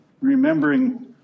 remembering